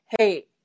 hey